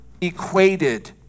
equated